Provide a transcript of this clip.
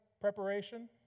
preparation